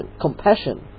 compassion